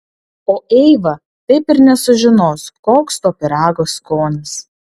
o eiva taip ir nesužinos koks to pyrago skonis